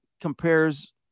compares